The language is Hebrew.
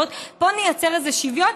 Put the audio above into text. בואו נייצר איזה שוויון,